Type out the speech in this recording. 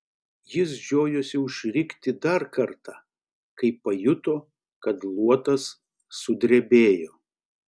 jis žiojosi užrikti dar kartą kai pajuto kad luotas sudrebėjo